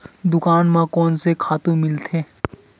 दुकान म कोन से खातु मिलथे?